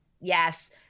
yes